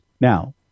Now